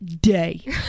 day